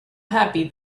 happy